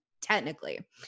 technically